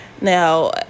Now